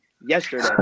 yesterday